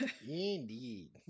Indeed